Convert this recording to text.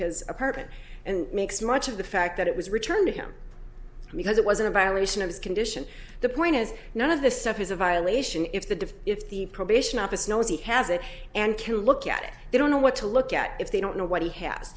his apartment and makes much of the fact that it was returned to him because it wasn't a violation of his condition the point is none of this stuff is a violation if they do if the probation office knows he has it and can look at it they don't know what to look at if they don't know what he has